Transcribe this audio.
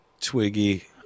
Twiggy